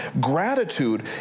Gratitude